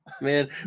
man